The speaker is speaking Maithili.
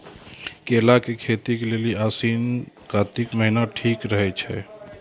केला के खेती के लेली आसिन कातिक महीना ठीक रहै छै